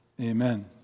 amen